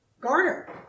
Garner